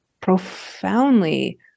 profoundly